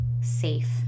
safe